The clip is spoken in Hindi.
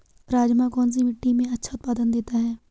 राजमा कौन सी मिट्टी में अच्छा उत्पादन देता है?